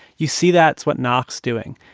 you see that's what naakh's doing,